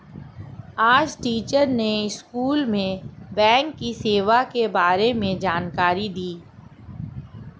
आज टीचर ने स्कूल में बैंक की सेवा के बारे में जानकारी दी